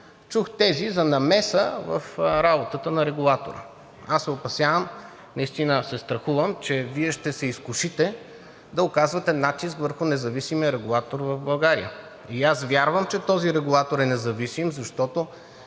чух тези за намеса в работата на регулатора. Аз се опасявам, наистина се страхувам, че Вие ще се изкушите да оказвате натиск върху независимия регулатор в България, и аз вярвам, че този регулатор е независим, защото